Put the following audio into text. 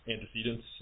antecedents